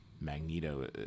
Magneto